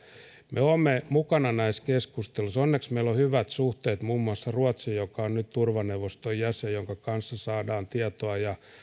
me olemme mukana näissä keskusteluissa onneksi meillä on hyvät suhteet muun muassa ruotsiin joka on nyt turvaneuvoston jäsen ja jonka kanssa saamme tietoa ja